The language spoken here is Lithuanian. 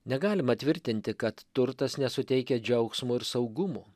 negalima tvirtinti kad turtas nesuteikia džiaugsmo ir saugumo